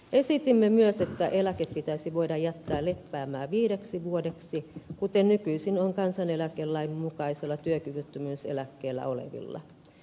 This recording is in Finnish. esitimme myös että eläke pitäisi voida jättää lepäämään viideksi vuodeksi kuten nykyisin on kansaneläkelain mukaisella työkyvyttömyyseläkkeellä olevilla